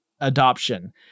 adoption